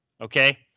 okay